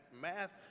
math